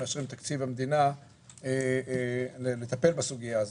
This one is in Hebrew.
מאשרים את תקציב המדינה לטפל בסוגיה הזו,